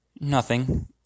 Nothing